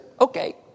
okay